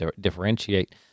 differentiate